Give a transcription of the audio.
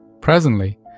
Presently